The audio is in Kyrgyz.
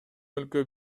өлкө